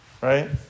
Right